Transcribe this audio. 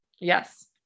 Yes